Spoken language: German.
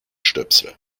stöpsel